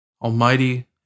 Almighty